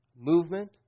Movement